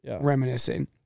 reminiscing